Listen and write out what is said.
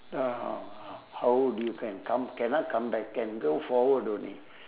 uh h~ how old you can come cannot come back can go forward only